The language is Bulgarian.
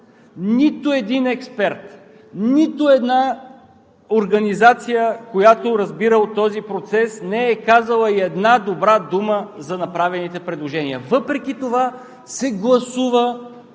Нито един експерт, нито една организация, която разбира от този процес, не е казала една добра дума за направените предложения! Въпреки това, се гласува